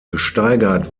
gesteigert